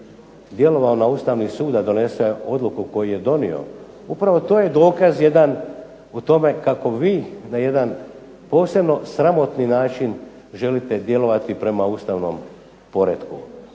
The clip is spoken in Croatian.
djelovao na Ustavni sud da donese odluku koju je donio, upravo to je dokaz jedan o tome kako vi na jedan posebno sramotni način želite djelovati prema ustavnom poretku.